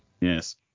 Yes